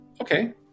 Okay